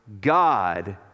God